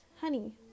Honey